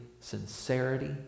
sincerity